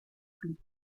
club